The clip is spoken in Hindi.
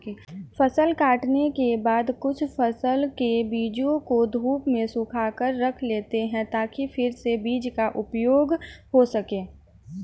फसल काटने के बाद कुछ फसल के बीजों को धूप में सुखाकर रख लेते हैं ताकि फिर से बीज का उपयोग हो सकें